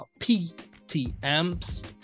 PTMs